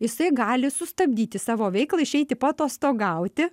jisai gali sustabdyti savo veiklą išeiti paatostogauti